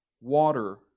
Water